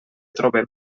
trobem